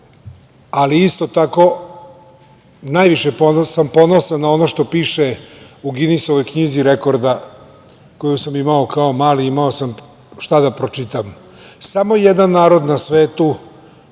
ali isto tako najviše sam ponosan na ono što piše u Ginisovoj knjizi rekorda, koju sam imao kao mali i imao sam šta da pročitam – samo jedan narod na svetu